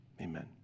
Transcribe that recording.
Amen